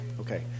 Okay